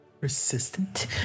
Persistent